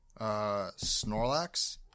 Snorlax